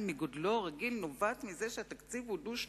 מגודלו הרגיל נובעת מזה שהתקציב הוא דו-שנתי,